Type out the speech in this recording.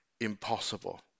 impossible